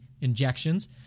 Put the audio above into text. injections